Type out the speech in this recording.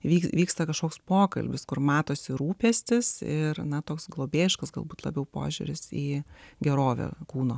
vyks vyksta kažkoks pokalbis kur matosi rūpestis ir na toks globėjiškas galbūt labiau požiūris į gerovę kūno